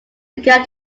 began